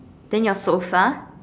then your sofa